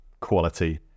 quality